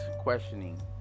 questioning